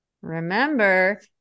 remember